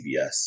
CBS